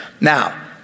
Now